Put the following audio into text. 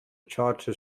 charter